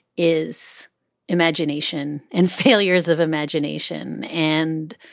is imagination and failures of imagination. and